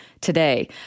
today